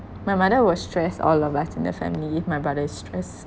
my mother will stress all of us in the family if my brother is stressed